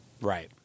Right